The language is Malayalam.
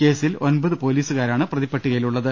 കേസിൽ ഒൻപത് പൊലീസുകാരാണ് പ്രതിപ്പട്ടികയിൽ ഉള്ളത്